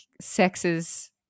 sexes